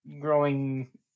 growing